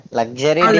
luxury